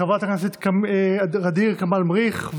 חברת הכנסת ע'דיר כמאל מריח,